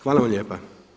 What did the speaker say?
Hvala vam lijepa.